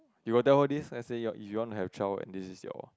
you got tell her this let say you want to have a child right this is your